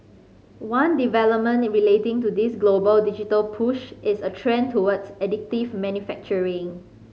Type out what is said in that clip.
one development relating to this global digital push is a trend towards additive manufacturing